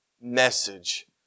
message